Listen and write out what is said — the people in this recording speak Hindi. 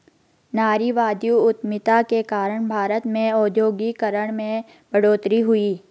नारीवादी उधमिता के कारण भारत में औद्योगिकरण में बढ़ोतरी हुई